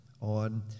on